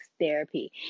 therapy